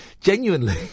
genuinely